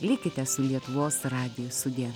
likite su lietuvos radiju sudie